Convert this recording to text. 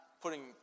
putting